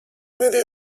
medio